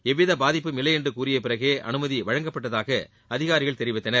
எவ்வித பாதிப்பும் இல்லை என்று கூறிய பிறகே அனுமதி வழங்கப்பட்டதாக அதிகாரிகள் தெரிவித்தனர்